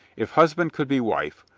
if husband could be wife,